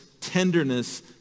tenderness